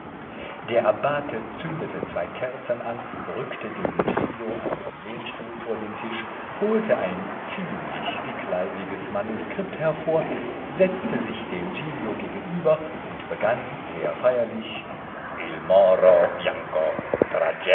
der abbate zündete zwei kerzen an rückte dem giglio einen lehnstuhl vor den tisch holte ein ziemlich dickleibiges manuskript hervor setzte sich dem giglio gegenüber und begann sehr feierlich